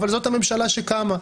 זאת הממשלה שקמה.